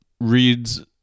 reads